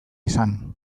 izan